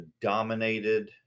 dominated